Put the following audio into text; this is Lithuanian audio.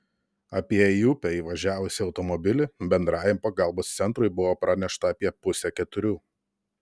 apie į upę įvažiavusį automobilį bendrajam pagalbos centrui buvo pranešta apie pusę keturių